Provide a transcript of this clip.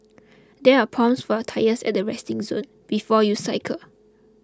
there are pumps for your tyres at the resting zone before you cycle